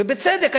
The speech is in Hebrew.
ובצדק,